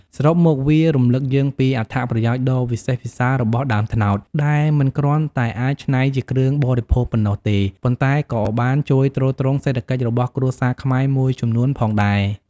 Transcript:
សរុបមក វារំឭកយើងពីអត្ថប្រយោជន៍ដ៏វិសេសវិសាលរបស់ដើមត្នោត ដែលមិនគ្រាន់តែអាចច្នៃជាគ្រឿងបរិភោគប៉ុណ្ណោះទេ ប៉ុន្តែក៏បានជួយទ្រទ្រង់សេដ្ឋកិច្ចរបស់គ្រួសារខ្មែរមួយចំនួនផងដែរ។